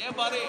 תהיה בריא.